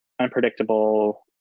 unpredictable